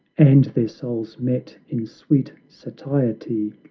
and their souls met in sweet satiety.